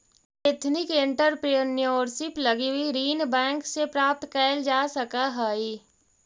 ethnic entrepreneurship लगी ऋण bank से प्राप्त कैल जा सकऽ हई